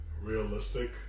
realistic